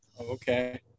okay